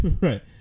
right